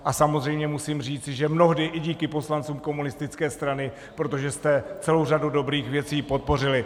A samozřejmě musím říci, že mnohdy i díky poslancům komunistické strany, protože jste celou řadu dobrých věcí podpořili.